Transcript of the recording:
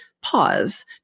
pause